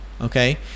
okay